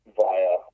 via